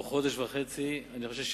בתוך חודש וחצי, תודה,